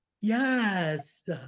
Yes